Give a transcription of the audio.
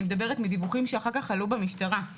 אני מדברת מדברים שאחר כך עלו במשטרה.